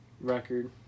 record